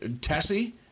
Tessie